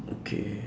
okay